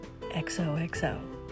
XOXO